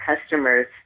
customers